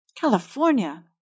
California